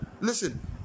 Listen